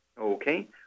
Okay